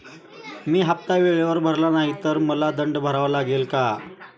मी हफ्ता वेळेवर भरला नाही तर मला दंड भरावा लागेल का?